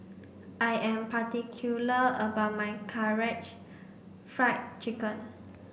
I am particular about my Karaage Fried Chicken